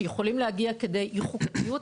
שיכולים להגיע כדי אי חוקתיות,